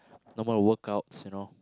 normal workouts you know